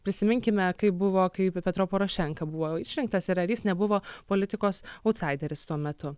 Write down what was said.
prisiminkime kaip buvo kaip petro porošenka buvo išrinktas ir ar jis nebuvo politikos autsaideris tuo metu